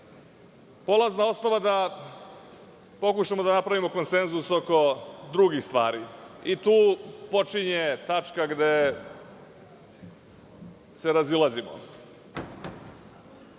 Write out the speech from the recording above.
polazna osnova da pokušamo da napravimo konsenzus oko drugih stvari i tu počinje tačka gde se razilazimo,